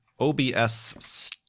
OBS